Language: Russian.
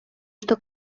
что